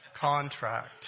contract